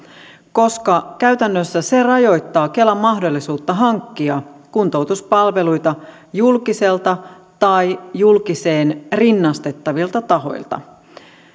koska käytännössä se rajoittaa kelan mahdollisuutta hankkia kuntoutuspalveluita julkiselta tai julkiseen rinnastettavilta tahoilta